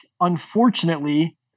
Unfortunately